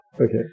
Okay